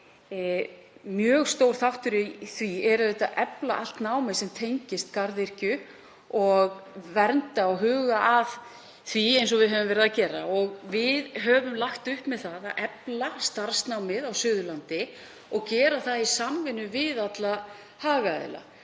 Mjög stór þáttur í því er auðvitað að efla allt nám sem tengist garðyrkju og vernda það og huga að því, eins og við höfum verið að gera. Við höfum lagt upp með það að efla starfsnámið á Suðurlandi og gera það í samvinnu við alla hagaðila.